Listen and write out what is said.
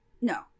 No